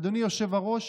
אדוני היושב-ראש,